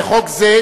לחוק זה,